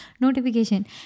notification